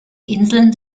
inseln